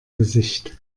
gesicht